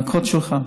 לנקות שולחן,